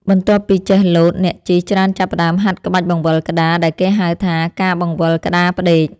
បន្ទាប់ពីចេះលោត អ្នកជិះច្រើនចាប់ផ្ដើមហាត់ក្បាច់បង្វិលក្ដារដែលគេហៅថា ការបង្វិលក្ដារផ្ដេក។